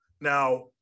Now